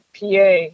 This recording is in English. PA